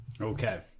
Okay